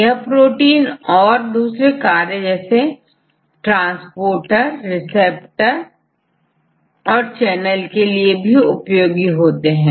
यह प्रोटीन और दूसरे कार्य जैसे ट्रांसपोर्टर रिसेप्टर और चैनल के लिए भी उपयोग होते है